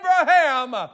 Abraham